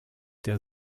der